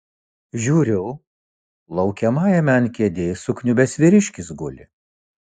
žiūriu laukiamajame ant kėdės sukniubęs vyriškis guli